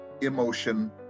emotion